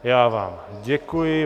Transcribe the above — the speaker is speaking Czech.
Já vám děkuji.